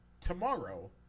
Tomorrow